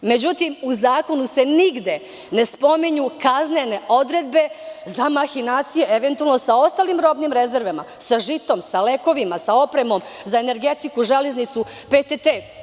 Međutim, u zakonu se nigde ne spominju kaznene odredbe za mahinacije sa ostalim robnim rezervama, sa žitom, lekovima, sa opremom za energetiku, „Železnicu“, PTT.